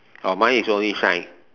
oh mine is only shine